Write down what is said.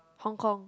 Hong-Kong